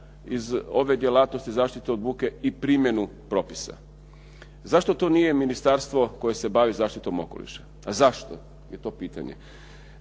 iz ove djelatnosti zaštite od buke i primjenu propisa? Zašto to nije ministarstvo koje se bavi zaštitom okoliša? Zašto je to pitanje?